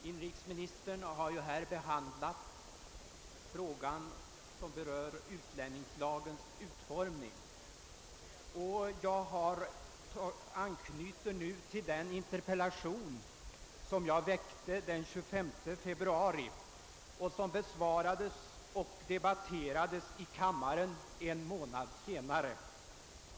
Inrikesministern har ju här behandlat frågan om utlänningslagens utformning, och jag vill anknyta till den interpellation i den saken som jag väckte den 25 februari och som besvarades och debatterades i kammaren en månad senare.